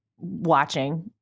watching